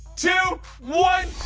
two, one,